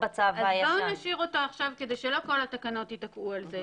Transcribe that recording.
אז בואו נשאיר אותו עכשיו כדי שלא כל התקנות ייתקעו על זה